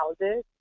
houses